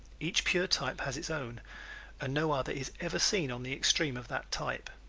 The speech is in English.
each pure type has its own and no other is ever seen on the extreme of that type.